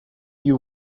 you